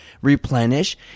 replenish